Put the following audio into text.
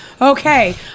okay